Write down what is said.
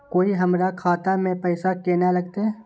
कोय हमरा खाता में पैसा केना लगते?